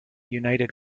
united